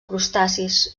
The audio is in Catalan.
crustacis